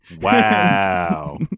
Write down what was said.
Wow